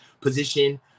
position